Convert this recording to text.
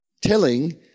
telling